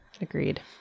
agreed